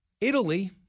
Italy